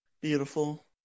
Beautiful